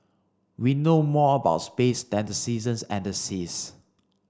we know more about space than the seasons and the seas